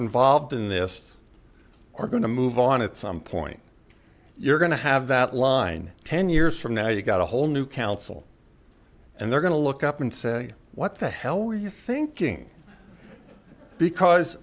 involved in this are going to move on at some point you're going to have that line ten years from now you've got a whole new council and they're going to look up and say what the hell were you thinking because